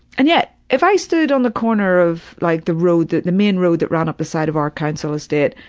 and yet, if i stood on the corner of, like, the road, like the main road that ran up the side of our council estate,